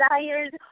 desires